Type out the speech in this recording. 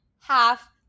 half